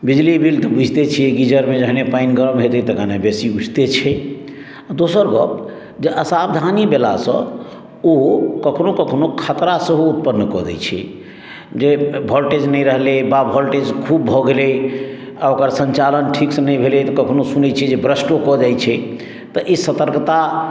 बिजली बिल तऽ बुझिते छियै गीजरमे जखने पानि गरम हेतै तखने बेसी उठिते छै दोसर गप जे असावधानी भेलासँ ओ कखनो कखनो खतरा सेहो उत्पन्न कऽ दैत छै जे वोल्टेज नहि रहलै वा वोल्टेज खूब भऽ गेलै आ ओकर सञ्चालन ठीकसँ नहि भेलै तऽ कखनो कखनो सुनैत छियै जे ब्रस्टो कऽ जाइत छै तऽ ई सतर्कता